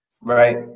Right